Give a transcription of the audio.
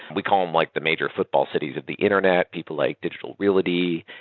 we call them like the major football cities of the internet. people like digital realty,